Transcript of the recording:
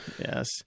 Yes